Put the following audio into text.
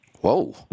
Whoa